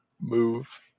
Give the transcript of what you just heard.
move